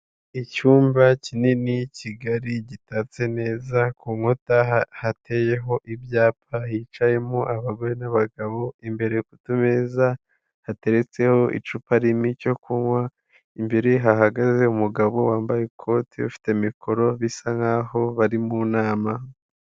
Icyumba kinini kigari gitatse neza ku nkuta hateyeho ibyapa hicayemo abagore n'abagabo, imbere ku meza hateretseho icupa ririmo cyo kunywa, imbere hahagaze umugabo wambaye ikoti ufite mikoro bisa nkaho bari mu nama.